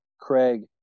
Craig